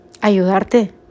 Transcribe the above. ayudarte